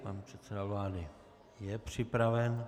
Pan předseda vlády je připraven.